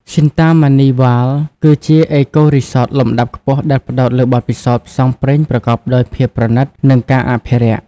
Shinta Mani Wild គឺជាអេកូរីសត លំដាប់ខ្ពស់ដែលផ្តោតលើបទពិសោធន៍ផ្សងព្រេងប្រកបដោយភាពប្រណីត និងការអភិរក្ស។